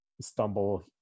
stumble